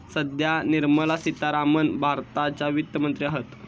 सध्या निर्मला सीतारामण भारताच्या वित्त मंत्री हत